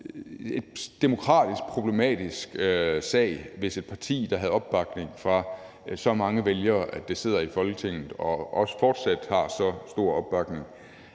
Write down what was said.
en demokratisk problematisk sag, hvis et parti, der havde opbakning fra så mange vælgere, at det sidder i Folketinget og også fortsat har så stor opbakning,